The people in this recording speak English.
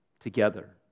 together